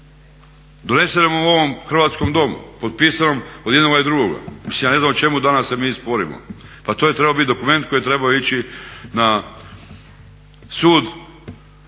donesenom u ovom hrvatskom Domu, potpisano od jednoga i drugoga. Mislim ja ne znam o čemu se mi danas sporimo, pa to je bio dokument koji je trebao ići na sud